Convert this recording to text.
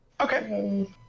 okay